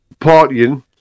partying